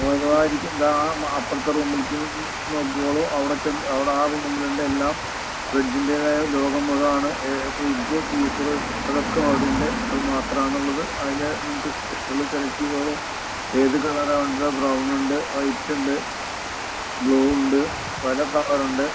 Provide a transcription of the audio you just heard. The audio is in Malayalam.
നിങ്ങള് ദാ ഇരിക്കുന്ന ദേ ആ അപ്പുറത്തെ റൂമിലേക്ക് നോക്കിക്കോളു അവിടെ ചെന്ന് അവിടെ റൂമിലുണ്ടെല്ലാം ഫ്രിഡ്ജിൻ്റെതായ ലോകം മുഴുവനാണ് ഫ്രിഡ്ജ് ഫീസറ് അതൊക്കെയവിടെയുണ്ട് അത് മാത്രമാണുള്ളത് അതില് നിങ്ങൾക്കിഷ്ടമുള്ളത് സെലക്ട് ചെയ്തോളു ഏത് കളറാണ് വേണ്ടത് ബ്രൗണുണ്ട് വൈറ്റുണ്ട് ബ്ലൂ ഉണ്ട് പല കളറുണ്ട്